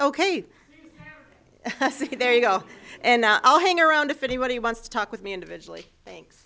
ok there you go and i'll hang around if anybody wants to talk with me individually thanks